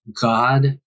god